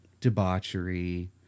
debauchery